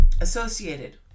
associated